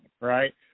right